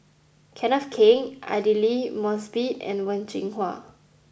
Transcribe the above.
Kenneth Keng Aidli Mosbit and Wen Jinhua